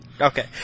Okay